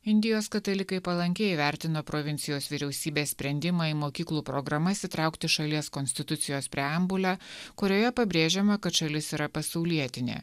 indijos katalikai palankiai įvertino provincijos vyriausybės sprendimą į mokyklų programas įtraukti šalies konstitucijos preambulę kurioje pabrėžiama kad šalis yra pasaulietinė